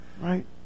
right